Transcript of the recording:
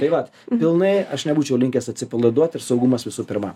tai vat pilnai aš nebūčiau linkęs atsipalaiduot ir saugumas visų pirma